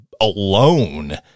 alone